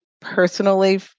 personally